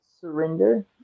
Surrender